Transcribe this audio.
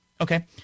Okay